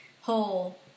whole